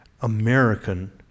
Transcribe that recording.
American